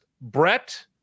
Brett